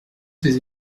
ses